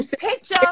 picture